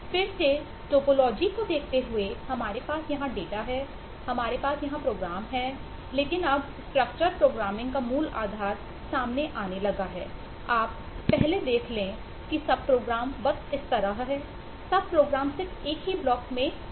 फिर से टोपोलॉजी को देखते हुए हमारे पास यहां डेटा है हमारे पास यहां प्रोग्राम सिर्फ एक ही ब्लॉक में एक ही कोड हैं